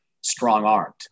strong-armed